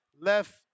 left